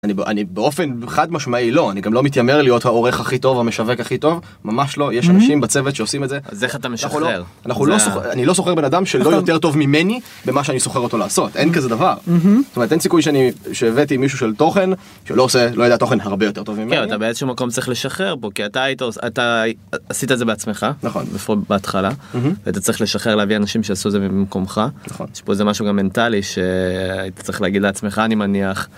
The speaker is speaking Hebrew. אני באופן חד משמעי לא, אני גם לא מתיימר להיות העורך הכי טוב, המשווק הכי טוב, ממש לא, יש אנשים בצוות שעושים את זה. אז איך אתה משחרר? אני לא שוכר בנאדם שלא יותר טוב ממני במה שאני שוכר אותו לעשות. אין כזה דבר. זאת אומרת, אין סיכוי שאני... שהבאתי מישהו של תוכן שלא יודע תוכן הרבה יותר טוב ממני. כן, אתה באיזשהו מקום צריך לשחרר פה, כי אתה עשית את זה בעצמך. נכון. לפחות בהתחלה, היית צריך לשחרר, להביא אנשים שיעשו את זה במקומך. נכון. יש פה איזה משהו גם מנטלי, שהיית צריך להגיד לעצמך אני מניח...